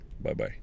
Bye-bye